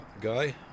guy